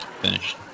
finished